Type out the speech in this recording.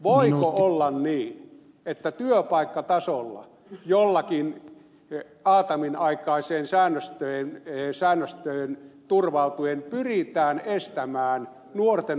voiko olla niin että työpaikkatasolla johonkin aataminaikaisiin säännöstöihin turvautuen pyritään estämään nuorten ammattiin valmistautuminen